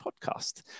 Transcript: podcast